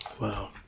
Wow